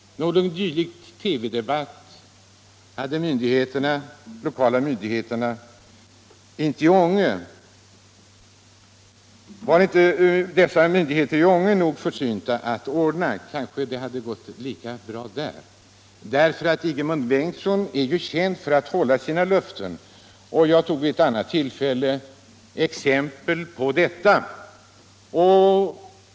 Någon dylik TV-debatt har de lokala myndigheterna i Ånge inte varit nog framsynta att ordna. Kanske hade det gått lika bra där. Ingemund Bengtsson är ju känd för att hålla sina löften. Jag tog vid ett annat tillfälle exempel på detta.